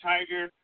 Tiger